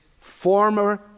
former